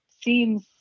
seems